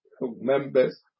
members